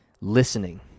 listening